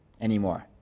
anymore